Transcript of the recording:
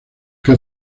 que